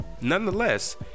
Nonetheless